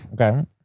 Okay